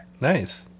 Nice